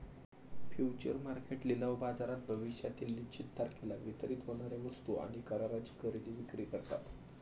future market लिलाव बाजारात भविष्यातील निश्चित तारखेला वितरित होणार्या वस्तू आणि कराराची खरेदी विक्री करतात